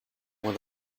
what